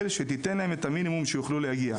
שתיתן להם את המינימום שיוכלו להגיע.